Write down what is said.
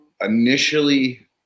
initially